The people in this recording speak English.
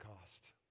cost